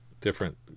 Different